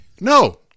no